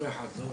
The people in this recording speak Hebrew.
בסדר.